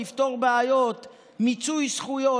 לפתור בעיות מיצוי זכויות,